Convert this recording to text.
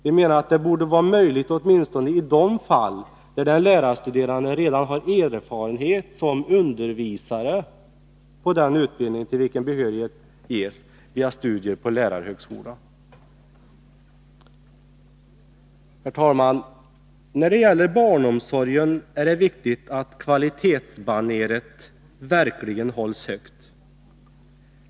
Vi menar att det borde vara möjligt åtminstone i de fall där den lärarstuderande redan har erfarenhet som undervisare vid den utbildning till vilken behörighet ges via studier på lärarhögskola. Herr talman! När det gäller barnomsorgen är det viktigt att kvalitetsbaneret verkligen hålls högt.